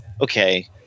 okay